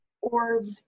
orb